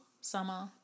summer